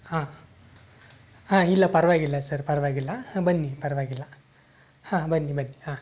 ಹಾಂ ಹಾಂ ಇಲ್ಲ ಪರವಾಗಿಲ್ಲ ಸರ್ ಪರವಾಗಿಲ್ಲ ಹಾಂ ಬನ್ನಿ ಪರವಾಗಿಲ್ಲ ಹಾಂ ಬನ್ನಿ ಬನ್ನಿ ಹಾಂ